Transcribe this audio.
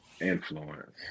influence